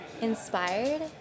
inspired